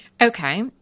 Okay